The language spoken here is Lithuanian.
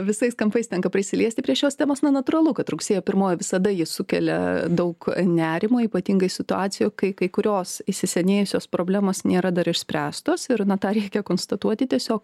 visais kampais tenka prisiliesti prie šios temos na natūralu kad rugsėjo pirmoji visada ji sukelia daug nerimo ypatingai situacijų kai kai kurios įsisenėjusios problemos nėra dar išspręstos ir na tą reikia konstatuoti tiesiog